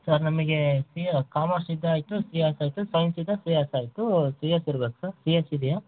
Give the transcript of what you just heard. sir ನಮಗೆ C commerce ಇದು ಆಯಿತು ಸಿ ಎಸ್ ಆಯಿತು ಸೈನ್ಸಿಂದ ಸಿ ಎಸ್ ಆಯಿತು ಸಿ ಎಸ್ ಇರ್ಬೇಕು ಸರ್ ಸಿ ಎಸ್ ಇದೆಯಾ